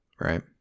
Right